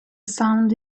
sounds